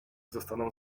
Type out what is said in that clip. zostaną